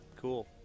Cool